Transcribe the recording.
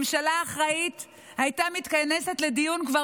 ממשלה אחראית הייתה מתכנסת לדיון כבר